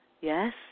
yes